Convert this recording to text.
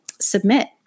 submit